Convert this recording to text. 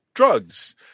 Drugs